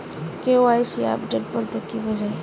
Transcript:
KYC update বলতে কি বোঝায়?